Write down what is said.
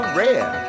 rare